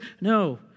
No